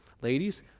Ladies